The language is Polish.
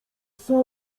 sama